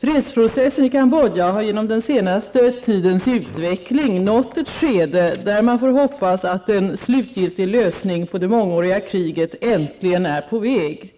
Fredsprocessen i Cambodja har genom den senaste tidens utveckling nått ett skede där man får hoppas att en slutgiltig lösning på det mångåriga kriget äntligen är på väg.